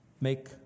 Make